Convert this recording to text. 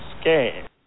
scared